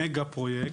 מגה פרויקט,